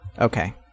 Okay